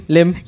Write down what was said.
Lim